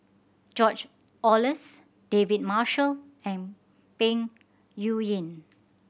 George Oehlers David Marshall and Peng Yuyun